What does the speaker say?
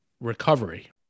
recovery